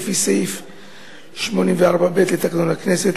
לפי סעיף 84(ב) לתקנון הכנסת,